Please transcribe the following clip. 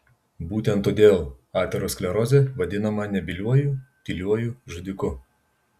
būtent todėl aterosklerozė vadinama nebyliuoju tyliuoju žudiku